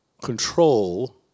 Control